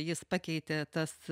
jis pakeitė tas